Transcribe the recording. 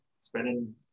spending